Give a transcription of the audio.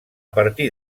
partir